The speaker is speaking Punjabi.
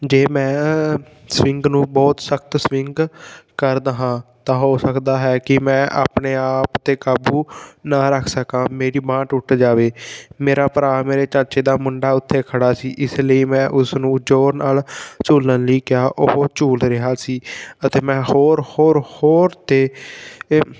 ਜੇ ਮੈਂ ਸਵਿੰਗ ਨੂੰ ਬਹੁਤ ਸਖਤ ਸਵਿੰਗ ਕਰਦਾ ਹਾਂ ਤਾਂ ਹੋ ਸਕਦਾ ਹੈ ਕਿ ਮੈਂ ਆਪਣੇ ਆਪ 'ਤੇ ਕਾਬੂ ਨਾ ਰੱਖ ਸਕਾਂ ਮੇਰੀ ਬਾਂਹ ਟੁੱਟ ਜਾਵੇ ਮੇਰਾ ਭਰਾ ਮੇਰੇ ਚਾਚੇ ਦਾ ਮੁੰਡਾ ਉੱਥੇ ਖੜ੍ਹਾ ਸੀ ਇਸ ਲਈ ਮੈਂ ਉਸ ਨੂੰ ਜ਼ੋਰ ਨਾਲ ਝੂਲਣ ਲਈ ਕਿਹਾ ਉਹ ਝੂਲ ਰਿਹਾ ਸੀ ਅਤੇ ਮੈਂ ਹੋਰ ਹੋਰ ਹੋਰ ਅਤੇ ਏ